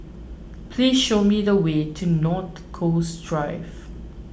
please show me the way to North Coast Drive